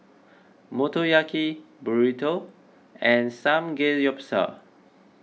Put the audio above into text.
Motoyaki Burrito and Samgeyopsal